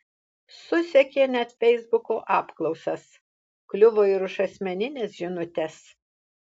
susekė net feisbuko apklausas kliuvo ir už asmenines žinutes